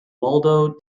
waldo